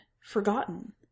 forgotten